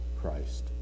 Christ